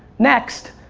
next,